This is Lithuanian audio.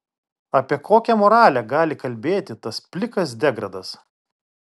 apie kokią moralę gali kalbėti tas plikas degradas